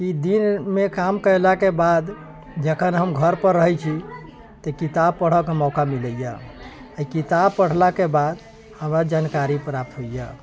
कि दिनमे काम कयलाके बाद जखन हम घरपर रहै छी तऽ किताब पढ़ऽके मौका मिलैए अइ किताब पढ़लाके बाद हमरा जानकारी प्राप्त होइए